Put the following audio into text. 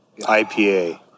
IPA